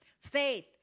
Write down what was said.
Faith